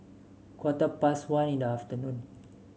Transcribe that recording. quarter past one in the afternoon